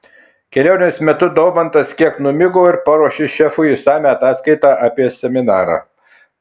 kelionės metu daumantas kiek numigo ir paruošė šefui išsamią ataskaitą apie seminarą